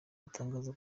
batangaza